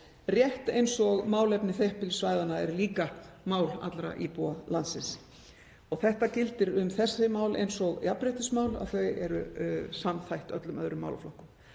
rétt eins og málefni þéttbýlissvæðanna er líka mál allra íbúa landsins. Það gildir um þessi mál eins og jafnréttismál, að þau eru samþætt öllum öðrum málaflokkum.